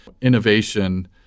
innovation